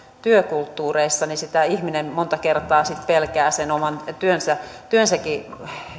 työkulttuureissa niin sitä ihminen monta kertaa sitten pelkää sen oman työnsäkin